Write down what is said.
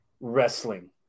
wrestling